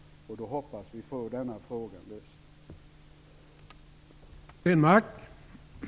Då hoppas vi att denna fråga skall vara utredd.